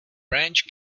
branch